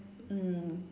mm